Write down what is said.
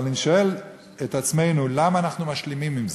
אבל אני שואל את עצמנו, למה אנחנו משלימים עם זה?